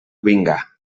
vinga